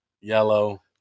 yellow